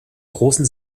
großen